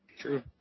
True